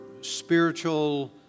spiritual